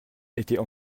étaient